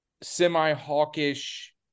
semi-hawkish